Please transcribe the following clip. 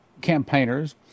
campaigners